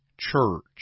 church